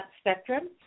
spectrum